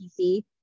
PC